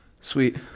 Sweet